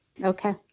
Okay